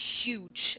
huge